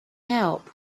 help